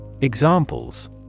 Examples